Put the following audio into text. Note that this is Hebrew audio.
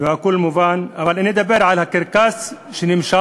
והכול מובן, אבל אני אדבר על הקרקס שנמשך.